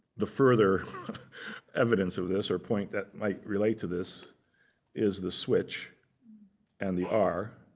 the further evidence of this or point that might relate to this is the switch and the r,